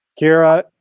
kiera,